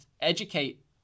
educate